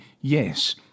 yes